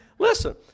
Listen